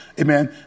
amen